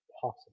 possible